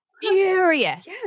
furious